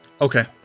Okay